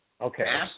Okay